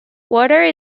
water